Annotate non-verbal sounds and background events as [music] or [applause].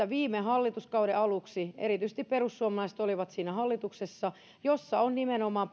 [unintelligible] viime hallituskauden aluksi erityisesti perussuomalaiset olivat siinä hallituksessa nimenomaan [unintelligible]